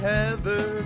Heather